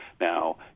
now